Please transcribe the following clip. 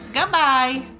goodbye